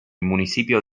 municipio